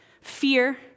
Fear